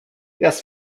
yes